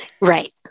Right